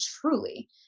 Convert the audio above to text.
truly